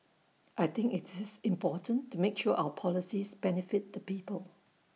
I think it's important to make sure our policies benefit the people